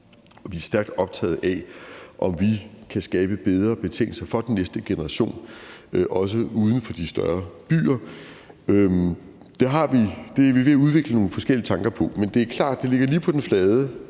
Vi er stærkt optaget af, om vi kan skabe bedre betingelser for den næste generation, også uden for de større byer. Det er vi ved at udvikle nogle forskellige tanker om, men det er klart, at det ligger lige på den flade,